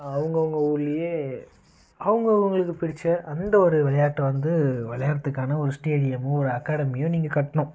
அவங்கவுங்க ஊர்லேயே அவங்கவுங்களுக்கு பிடித்த அந்த ஒரு விளையாட்ட வந்து விளையாடுறதுக்கான ஒரு ஸ்டேடியமோ ஒரு அகாடமியோ நீங்கள் கட்டணும்